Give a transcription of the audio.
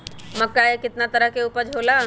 मक्का के कितना तरह के उपज हो ला?